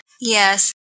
Yes